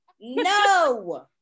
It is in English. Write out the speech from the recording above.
No